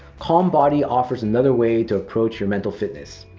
calm body offers another way to approach your mental fitness.